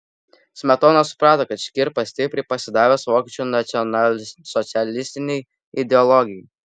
smetona suprato kad škirpa stipriai pasidavęs vokiečių nacionalsocialistinei ideologijai